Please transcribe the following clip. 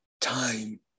time